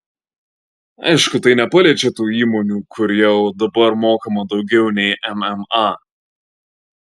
aišku tai nepaliečia tų įmonių kur jau dabar mokama daugiau nei mma